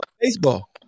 baseball